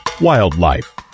Wildlife